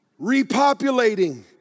Repopulating